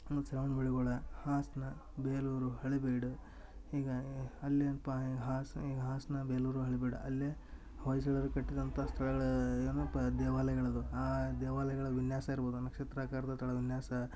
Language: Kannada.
ಮತ್ತು ಶ್ರವಣ್ಬೆಳಗೊಳ ಹಾಸನ ಬೇಲೂರು ಹಳೇಬೀಡು ಹೀಗ ಅಲ್ ಏನ್ಪ ಈಗ ಹಾಸ್ ಈಗ ಹಾಸನ ಬೇಲೂರು ಹಳೇಬೀಡು ಅಲ್ಲಿ ಹೊಯ್ಸಳರು ಕಟ್ಟಿದಂಥ ಸ್ಥಳಗಳ್ ಏನುಪ ದೇವಾಲಯಗಳದಾವು ಆ ದೇವಾಲಯಗಳ ವಿನ್ಯಾಸ ಇರ್ಬೋದು ಆ ನಕ್ಷತ್ರಾಕಾರದ ತಳ ವಿನ್ಯಾಸ